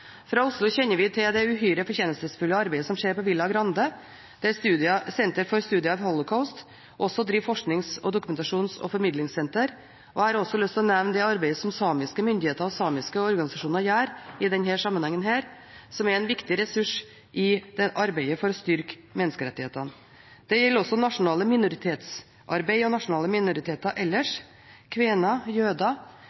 Fra Oslo kjenner vi til det uhyre fortjenstfulle arbeidet som skjer i Villa Grande, der Senter for studier av Holocaust og livssynsminoriteter også driver et forsknings-, dokumentasjons- og formidlingssenter. Jeg har også lyst til å nevne det arbeidet som samiske myndigheter og samiske organisasjoner gjør i denne sammenheng, som er en viktig ressurs i arbeidet for å styrke menneskerettighetene. Det gjelder også nasjonalt minoritetsarbeid og nasjonale minoriteter ellers. Kvener, jøder,